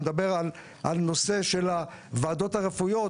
אני מדבר על נושא הוועדות הרפואיות,